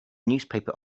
newspaper